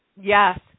Yes